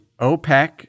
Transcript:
OPEC